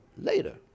later